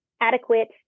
adequate